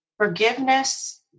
forgiveness